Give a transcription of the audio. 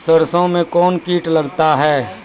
सरसों मे कौन कीट लगता हैं?